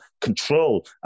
control